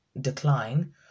decline